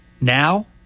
Now